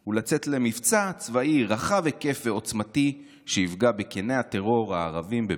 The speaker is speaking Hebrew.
הוא לצאת למבצע צבאי רחב היקף ועוצמתי שיפגע בקיני הטרור הערבים בביתם,